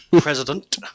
president